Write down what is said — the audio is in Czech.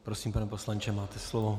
Prosím, pane poslanče, máte slovo.